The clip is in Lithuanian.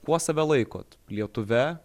kuo save laikot lietuve